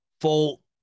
full